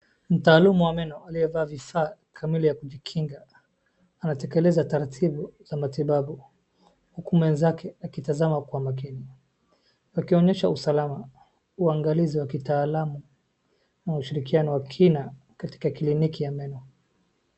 Mtaalumu wa meno aliyevaa vifaa Kamili ya kujikinga anatekeleza taratibu za matibabu, huku mwenzake akitazama kwa makini. Pakionyesha usalama uangalizu wa kitaalamu na ushirikiano wa kina katika kiliniki ya meno.